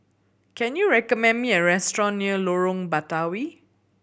can you recommend me a restaurant near Lorong Batawi